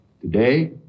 Today